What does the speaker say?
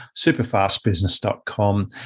superfastbusiness.com